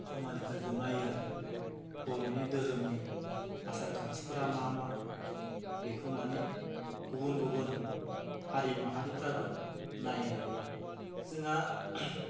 खामानिफोरखो नायो आरो बर'नि धोरोमनि आसार खान्थिफोरा मा मा बेखौ माने गुबुन गुबुन हारि माहारिफ्राबो नायो आरो जोंहा